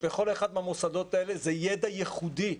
ובכל אחד מן המוסדות האלה יש ידע ייחודי.